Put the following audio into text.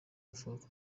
avuga